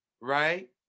right